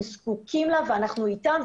הם זקוקים לו ואנחנו איתם,